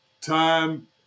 time